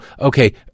okay